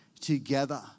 Together